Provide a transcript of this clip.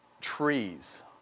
trees